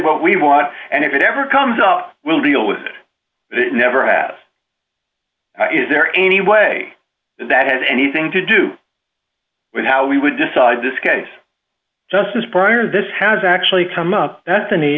what we want and if it ever comes up we'll deal with it never have is there any way that had anything to do with how we would decide this case justice prior this has actually come up that